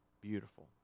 beautiful